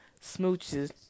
smooches